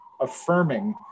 affirming